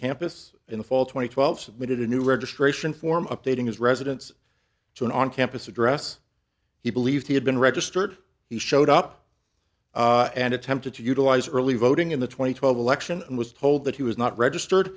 campus in the fall twenty twelve submitted a new registration form updating his residence to an on campus address he believed he had been registered he showed up and attempted to utilize early voting in the twenty twelve election and was told that he was not registered